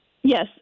Yes